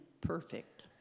perfect